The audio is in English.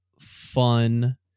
fun